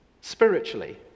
spiritually